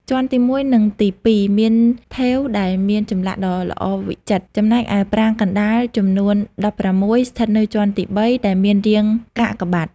ជាន់ទី១ និងទី ២ មានថែវដែលមានចម្លាក់ដ៏ល្អវិចិត្រ ចំណែកឯប្រាង្គកណ្ដាលចំនួន ១៦ ស្ថិតនៅជាន់ទី ៣ ដែលមានរាងកាកបាទ។